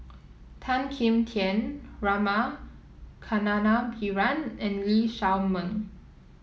Tan Kim Tian Rama Kannabiran and Lee Shao Meng